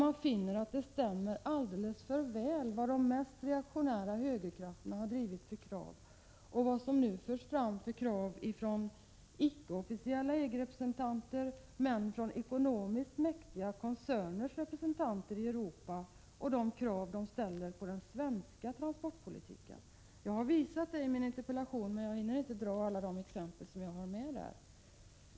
Man finner att det är en alldeles för stor överensstämmelse mellan de krav som de mest reaktionära högerkrafterna har drivit och de krav som nu förs fram, icke från officiella EG-representanter men från ekonomiskt mäktiga koncerners representanter i Europa beträffande svensk transportpolitik. Jag har visat det i min interpellation, men jag hinner inte ta upp alla de exempel som jag har med där.